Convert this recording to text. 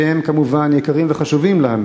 שהם כמובן יקרים וחשובים לנו.